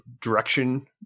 direction